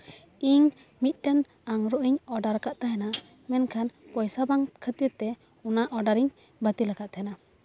ᱤᱧ ᱢᱤᱫᱴᱮᱱ ᱟᱝᱨᱚᱵᱽ ᱤᱧ ᱚᱰᱟᱨ ᱟᱠᱟᱫ ᱛᱟᱦᱮᱱᱟ ᱢᱮᱱᱠᱷᱟᱱ ᱯᱚᱭᱥᱟ ᱵᱟᱝ ᱠᱷᱟᱹᱛᱤᱨ ᱛᱮ ᱚᱱᱟ ᱚᱰᱟᱨᱤᱧ ᱵᱟᱹᱛᱤᱞ ᱟᱠᱟᱫ ᱛᱟᱦᱮᱱᱟ